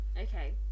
Okay